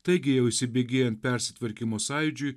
taigi jau įsibėgėjant persitvarkymo sąjūdžiui